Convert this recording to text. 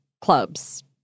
clubs